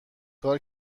کار